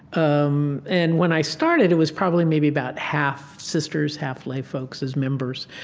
um and when i started, it was probably maybe about half sisters, half lay folks as members.